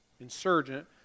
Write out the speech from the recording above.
Insurgent